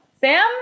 Sam